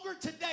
today